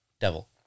Devil